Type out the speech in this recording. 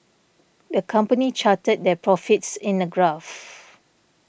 the company charted their profits in a graph